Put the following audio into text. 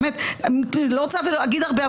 אני לא רוצה להגיד הרבה,